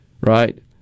right